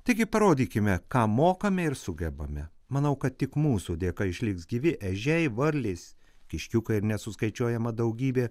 taigi parodykime ką mokame ir sugebame manau kad tik mūsų dėka išliks gyvi ežiai varlės kiškiukai ir nesuskaičiuojama daugybė